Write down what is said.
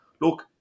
Look